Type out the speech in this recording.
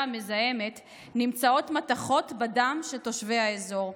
המזהמת נמצאות מתכות בדם של תושבי האזור.